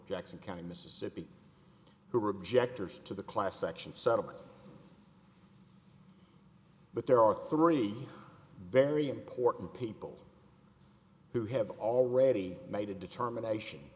jackson county mississippi who were objectors to the class action settlement but there are three very important people who have already made a determination